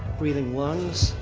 breathing lungs,